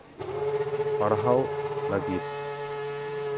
ᱯᱟᱲᱦᱟᱣ ᱞᱟᱹᱜᱤᱫ